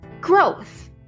growth